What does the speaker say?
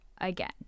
again